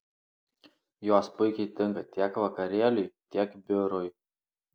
jos puikiai tinka tiek vakarėliui tiek biurui